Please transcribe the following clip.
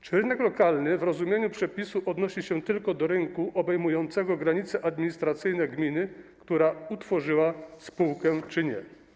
Czy rynek lokalny w rozumieniu przepisu odnosi się tylko do rynku obejmującego granice administracyjne gminy, która utworzyła spółkę, czy nie?